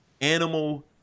animal